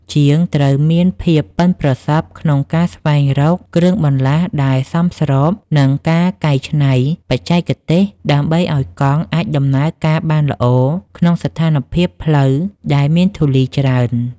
ជាងត្រូវមានភាពប៉ិនប្រសប់ក្នុងការស្វែងរកគ្រឿងបន្លាស់ដែលសមស្រប និងការកែច្នៃបច្ចេកទេសដើម្បីឱ្យកង់អាចដំណើរការបានល្អក្នុងស្ថានភាពផ្លូវដែលមានធូលីច្រើន។